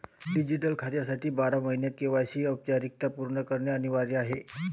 digital खात्यासाठी बारा महिन्यांत के.वाय.सी औपचारिकता पूर्ण करणे अनिवार्य आहे